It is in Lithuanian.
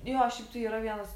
jo šiaip tai yra vienas